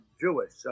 Jewish